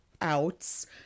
outs